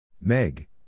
Meg